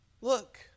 Look